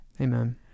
Amen